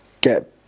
get